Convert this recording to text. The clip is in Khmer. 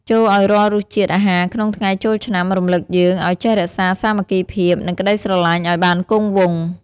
ចូរឱ្យរាល់រសជាតិអាហារក្នុងថ្ងៃចូលឆ្នាំ រំលឹកយើងឱ្យចេះរក្សាសាមគ្គីភាព និងក្ដីស្រឡាញ់ឱ្យបានគង់វង្ស។